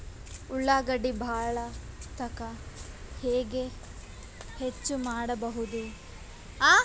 ಉಳ್ಳಾಗಡ್ಡಿ ಬಾಳಥಕಾ ಹೆಂಗ ಹೆಚ್ಚು ಮಾಡಬಹುದು?